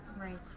Right